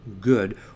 good